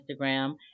Instagram